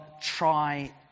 try